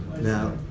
Now